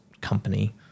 company